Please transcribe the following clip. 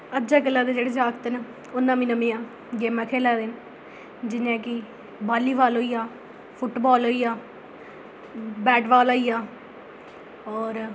अजकल दे जेह्ड़े जागत न ओह् नमियां नमियां गेमां खेढा दे न जि'यां कि वाल्ली बाल होई आ फुट्ट बाल होई आ बैट बाल होई आ अ होर